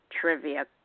trivia